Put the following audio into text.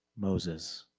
moses,